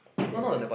area